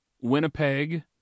Winnipeg